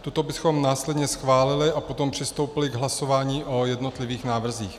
Tuto bychom následně schválili a potom přistoupili k hlasování o jednotlivých návrzích.